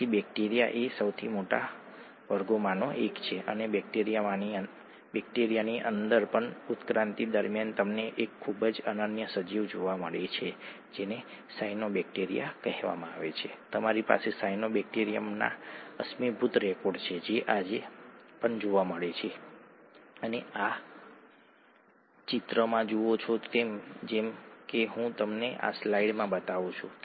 જો તમારી પાસે 2 ફોસ્ફેટ જૂથ હોય તો તેને adenosine diphosphate adenosine diphosphate okay ADP કહેવામાં આવે છે અને જો તમારી પાસે 3 ફોસ્ફેટ જૂથો જોડાયેલા હોય તો તમારી પાસે એડિનોસાઇન ટ્રાઇફોસ્ફેટ છે